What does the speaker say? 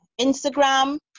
Instagram